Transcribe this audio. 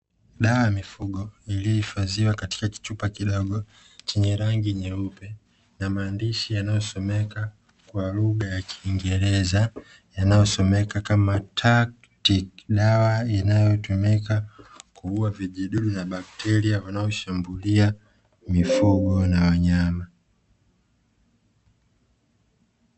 Dawa ya mifugo iliyohifadhiwa katika kichupa kidogo chenye rangi nyeupe na maandishi yanayosomeka kwa lugha ya kiingereza yanayosomeka kama "Taktic". Dawa inayotumika kuuwa vijidudu na bakteria wanashambulia mifugo na wanyama.